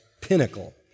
pinnacle